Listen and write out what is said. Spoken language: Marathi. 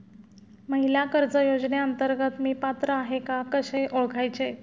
महिला कर्ज योजनेअंतर्गत मी पात्र आहे का कसे ओळखायचे?